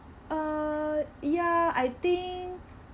uh ya I think